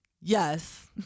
Yes